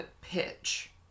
pitch